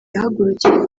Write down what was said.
yahagurukiye